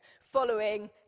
Following